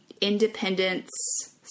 independence